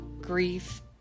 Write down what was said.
grief